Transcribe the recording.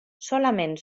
solament